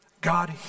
God